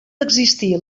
existir